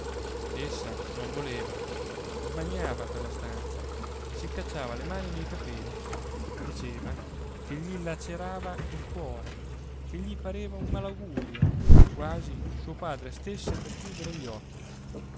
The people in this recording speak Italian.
essa non voleva smaniava per la stanza si cacciava le mani nei capelli diceva che gli lacerava il cuore che gli pareva un malaugurio quasi suo padre stesse per chiudere gli occhi